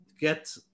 get